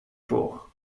voor